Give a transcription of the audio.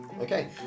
Okay